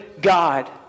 God